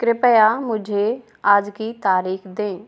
कृपया मुझे आज की तारीख दें